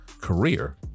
career